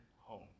home